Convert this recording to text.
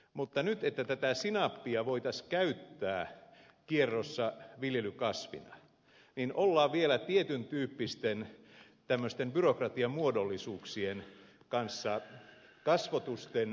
mutta jotta tätä sinappia voitaisiin käyttää kierrossa viljelykasvina ollaan vielä tietyn tyyppisten byrokratian muodollisuuksien kanssa kasvotusten